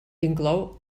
inclou